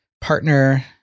partner